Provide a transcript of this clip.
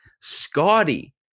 Scotty